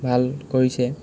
ভাল কৰিছে